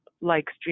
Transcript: likes